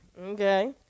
Okay